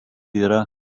yra